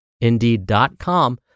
indeed.com